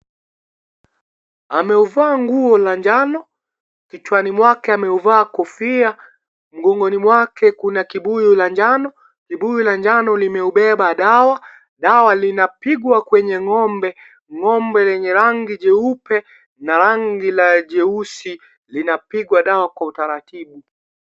Ameuvaa nguo la njano. Kichwani mwake ameuvaa kofia, mgongoni mwake kuna kibuyu la njano. Kibuyu la njano limeubeba dawa. Dawa linapigwa kwenye ng'ombe. Ng'ombe lenye rangi jeupe na la rangi jeusi linapigwa dawa kwa utaratibu.